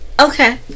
Okay